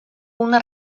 una